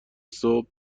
صبح